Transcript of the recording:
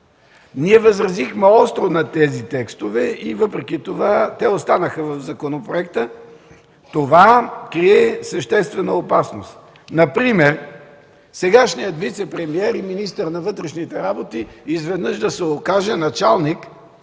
Ние възразихме остро на тези текстове и въпреки това те останаха в законопроекта. Това крие съществена опасност, например сегашният вицепремиер и министър на вътрешните работи изведнъж да се окаже началник